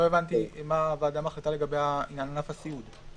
לא הבנתי מה הוועדה מחליטה לגבי ענף הסיעוד?